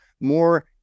more